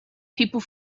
people